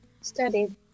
studied